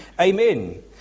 amen